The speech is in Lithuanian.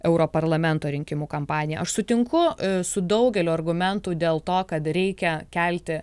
europarlamento rinkimų kampanija aš sutinku su daugeliu argumentų dėl to kad reikia kelti